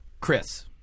Chris